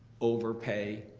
overpay